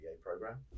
program